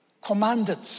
commanded